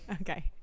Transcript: Okay